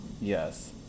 Yes